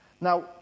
Now